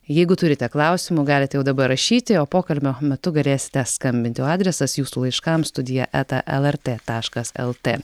jeigu turite klausimų galite jau dabar rašyti o pokalbio metu galėsite skambinti o adresas jūsų laiškams studija eta lrt taškas lt